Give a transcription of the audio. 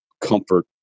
comfort